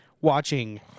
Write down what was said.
watching